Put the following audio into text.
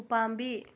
ꯎꯄꯥꯝꯕꯤ